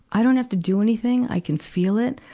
i don't have to do anything. i can feel it.